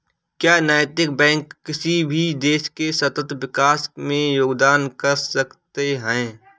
क्या नैतिक बैंक किसी भी देश के सतत विकास में योगदान कर सकते हैं?